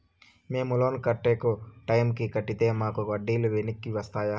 మేము loan correct టైముకి కట్టితే మాకు వడ్డీ లు వెనక్కి వస్తాయా?